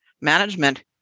management